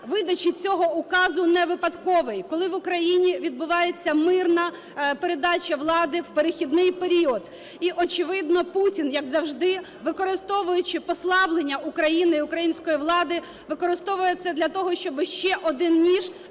видачі цього указу невипадковий, коли в Україні відбувається мирна передача влади в перехідний період. І, очевидно, Путін, як завжди, використовуючи послаблення України і української влади, використовує це для того, щоб ще один ніж